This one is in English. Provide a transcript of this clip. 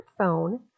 smartphone